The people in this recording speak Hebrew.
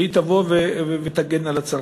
שהיא תבוא ותגן על הצרכנים?